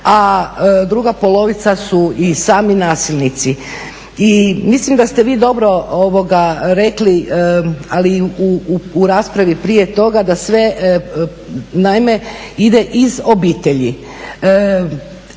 a druga polovica su i sami nasilnici. I mislim da ste vi dobro rekli, ali i u raspravi prije toga da sve, naime ide iz obitelji.